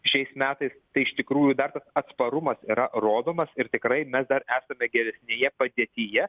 šiais metais tai iš tikrųjų dar tas atsparumas yra rodomas ir tikrai mes dar esame geresnėje padėtyje